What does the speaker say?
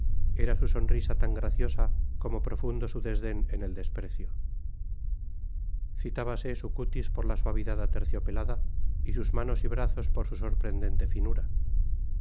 era su sonrisa tan graciosa como profundo su desden en el desprecio citábase su cutis por su suavidad aterciopelada y sus manos y brazos por su sorprendente finura